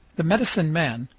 the medicine men,